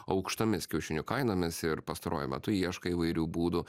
aukštomis kiaušinių kainomis ir pastaruoju metu ieško įvairių būdų